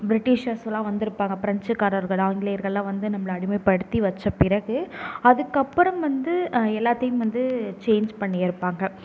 பிரிட்டீஸர்ஸ்லாம் வந்திருப்பாங்க பிரெஞ்சுக்காரர்கள் ஆங்கிலேயர்கள்லாம் வந்து நம்மள அடிமைப்படுத்தி வச்ச பிறகு அதுக்கப்புறம் வந்து எல்லாத்தையும் வந்து சேன்ஜ் பண்ணிருப்பாங்க